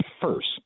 first